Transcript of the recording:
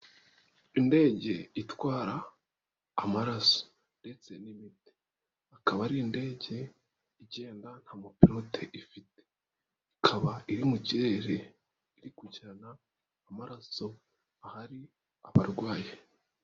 Indege itwara amaraso ndetse n'imiti. Akaba ari indege igenda nta mupilote ifite, ikaba iri mu kirere, iri kujyana amaraso ahari abarwayi.